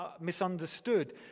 misunderstood